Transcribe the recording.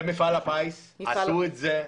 מפעל הפיס עשה את זה.